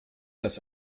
das